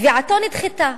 תביעתו נדחתה.